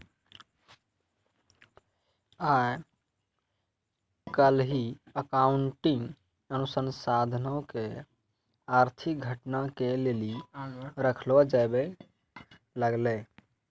आइ काल्हि अकाउंटिंग अनुसन्धानो के आर्थिक घटना के लेली रखलो जाबै लागलै